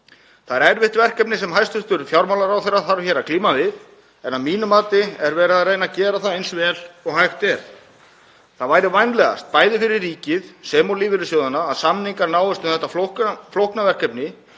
Það er erfitt verkefni sem hæstv. fjármálaráðherra þarf hér að glíma við en að mínu mati er verið að reyna að gera það eins vel og hægt er. Það væri vænlegast, bæði fyrir ríkið sem og lífeyrissjóðina, að samningar næðust um þetta flókna verkefni.